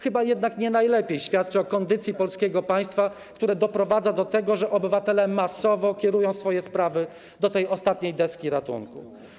Chyba jednak nie najlepiej świadczy to o kondycji polskiego państwa, które doprowadza do tego, że obywatele masowo kierują swoje sprawy do rzecznika, tej ostatniej deski ratunku.